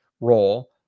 role